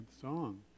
song